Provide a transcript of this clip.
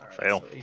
Fail